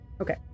Okay